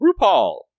RuPaul